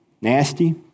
nasty